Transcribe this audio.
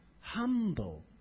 humble